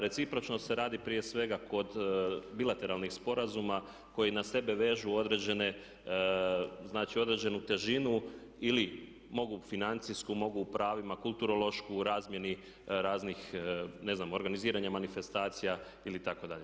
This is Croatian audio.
Recipročnost se radi prije svega kod bilateralnih sporazuma koji na sebe vežu određene, znači određenu težinu ili mogu financijsku, mogu u pravima, kulturološku u razmjeni raznih ne znam, organiziranja manifestacija ili tako dalje.